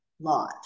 lot